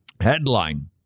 Headline